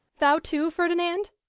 thou too, ferdinand?